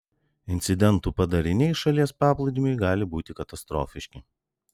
incidentų padariniai šalies paplūdimiui gali būti katastrofiški